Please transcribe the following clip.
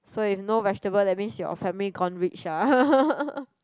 so if no vegetable that means your family gone rich ah